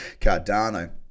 Cardano